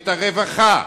את הרווחה,